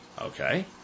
Okay